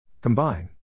Combine